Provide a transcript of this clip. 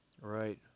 right